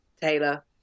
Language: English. Taylor